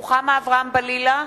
(קוראת בשמות חברי הכנסת) רוחמה אברהם-בלילא,